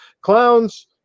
Clowns